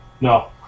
No